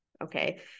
Okay